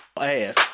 ass